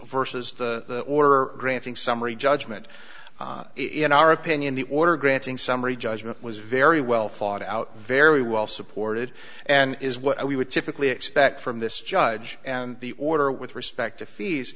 versus the or granting summary judgment in our opinion the order granting summary judgment was very well thought out very well supported and is what we would typically expect from this judge and the order with respect to fees